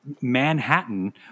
manhattan